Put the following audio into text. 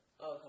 Okay